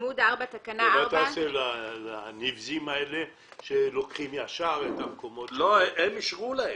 ומה תעשה לנבזים שלוקחים ישר את המקומות --- הם אישרו להם.